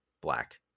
black